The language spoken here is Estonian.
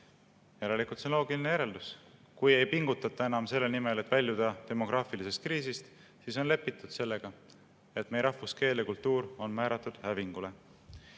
Järelikult on loogiline järeldus, et kui ei pingutata enam selle nimel, et väljuda demograafilisest kriisist, siis on lepitud sellega, et meie rahvus, keel ja kultuur on määratud hävingule.